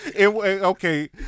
Okay